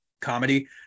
comedy